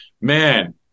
man